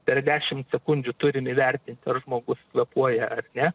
per dešim sekundžių turim įvertint ar žmogus kvėpuoja ar ne